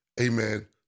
amen